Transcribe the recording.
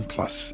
Plus